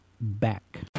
back